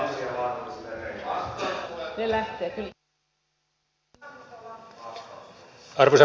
arvoisa puhemies